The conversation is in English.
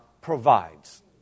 provides